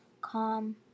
calm